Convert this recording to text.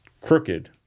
Crooked